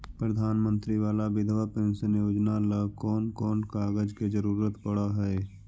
प्रधानमंत्री बाला बिधवा पेंसन योजना ल कोन कोन कागज के जरुरत पड़ है?